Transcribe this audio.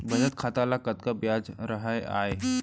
बचत खाता ल कतका ब्याज राहय आय?